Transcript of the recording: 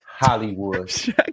Hollywood